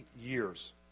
years